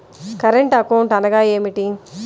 Current account అనగా ఏమిటి?